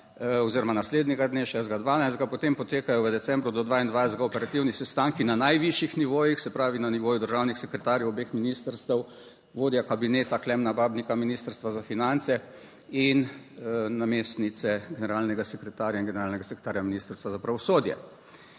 oziroma naslednjega dne 6. 12., potem potekajo v decembru do 22. operativni sestanki na najvišjih nivojih, se pravi na nivoju državnih sekretarjev obeh ministrstev, vodja kabineta Klemna Babnika Ministrstva za finance in namestnice generalnega sekretarja in generalnega sekretarja Ministrstva za pravosodje.